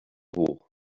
hoch